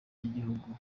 ry’igihugu